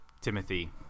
timothy